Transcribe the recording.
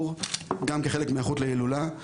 בין היתר כחלק מההיערכות להילולה,